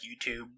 YouTube